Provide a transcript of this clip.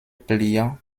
pliant